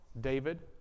David